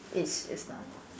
it's it's not